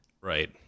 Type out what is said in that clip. Right